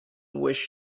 wish